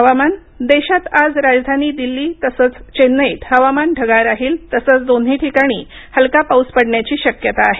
हवामान देशातआज राजधानी दिल्ली तसंच चेन्नईत हवामान ढगाळ राहील तसंच दोन्ही ठिकाणी हलका पाऊस पडण्याची शक्यता आहे